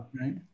Right